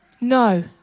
no